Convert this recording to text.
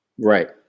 right